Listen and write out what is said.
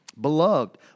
Beloved